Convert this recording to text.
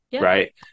right